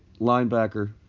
linebacker